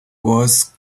was